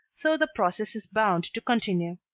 so the process is bound to continue.